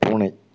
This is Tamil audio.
பூனை